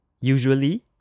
usually